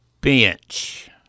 bench